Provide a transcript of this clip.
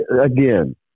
Again